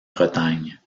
bretagne